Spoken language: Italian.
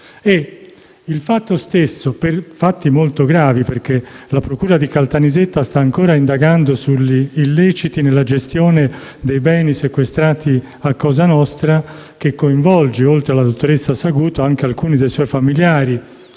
Si tratta di fatti molto gravi perché la procura di Caltanissetta sta ancora indagando sugli illeciti nella gestione dei beni sequestrati a cosa nostra, che coinvolge oltre alla dottoressa Saguto anche alcuni dei suoi familiari,